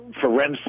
forensic